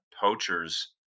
poachers